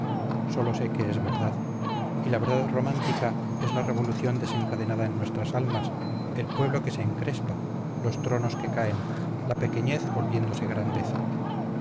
sólo sé que es verdad y la verdad romántica es la revolución desencadenada en nuestras almas el pueblo que se encrespa los tronos que caen la pequeñez volviéndose grandeza